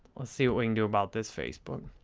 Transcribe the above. let's see what we can do about this, facebook.